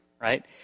right